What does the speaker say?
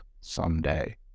someday